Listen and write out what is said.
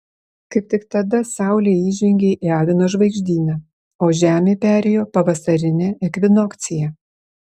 kaip tik tada saulė įžengė į avino žvaigždyną o žemė perėjo pavasarinę ekvinokciją